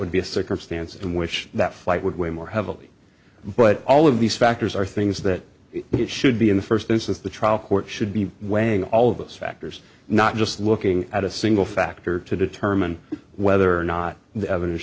would be a circumstance in which that flight would weigh more heavily but all of these factors are things that it should be in the first instance the trial court should be weighing all of those factors not just looking at a single factor to determine whether or not the evidence